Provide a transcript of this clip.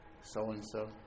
so-and-so